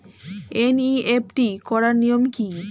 NEFT করার নিয়ম কী?